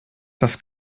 das